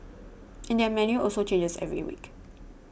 and their menu also changes every week